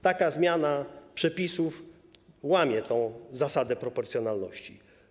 Taka zmiana przepisów łamie tę zasadę proporcjonalności.